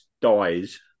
dies